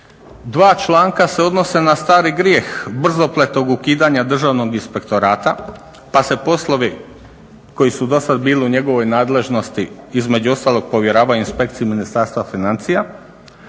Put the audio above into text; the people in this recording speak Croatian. dva članka se odnose na stari grijeh brzopletog ukidanja Državnog inspektorata pa se poslovi koji su dosad bili u njegovoj nadležnosti između ostalog povjeravaju inspekciji Ministarstva financija